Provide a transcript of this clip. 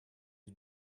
you